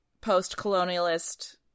post-colonialist